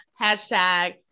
hashtag